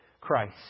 Christ